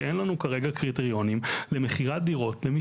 שאין לנו כרגע קריטריונים למכירת דירות למי